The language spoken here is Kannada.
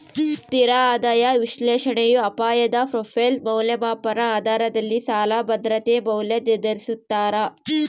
ಸ್ಥಿರ ಆದಾಯ ವಿಶ್ಲೇಷಣೆಯು ಅಪಾಯದ ಪ್ರೊಫೈಲ್ ಮೌಲ್ಯಮಾಪನ ಆಧಾರದಲ್ಲಿ ಸಾಲ ಭದ್ರತೆಯ ಮೌಲ್ಯ ನಿರ್ಧರಿಸ್ತಾರ